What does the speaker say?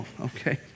okay